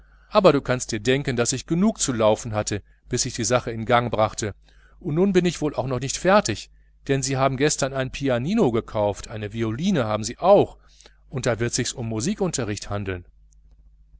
aber du kannst dir denken daß ich genug zu laufen hatte bis ich die sache in gang brachte und nun bin ich wohl noch nicht fertig denn sie haben gestern ein pianino gekauft eine violine haben sie auch da wird sich's um musikunterricht handeln